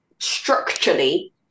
Structurally